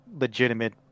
Legitimate